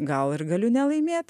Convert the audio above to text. gal ir galiu nelaimėt